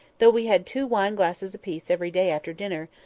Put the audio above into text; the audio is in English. though we had two wine glasses apiece every day after dinner,